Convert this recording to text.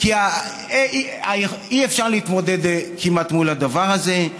כי כמעט אי-אפשר להתמודד עם הדבר הזה.